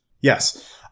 Yes